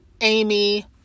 Amy